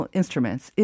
instruments